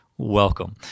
Welcome